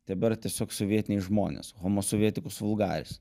tebėra tiesiog sovietiniai žmonės homo sovietikus vulgaris